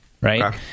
right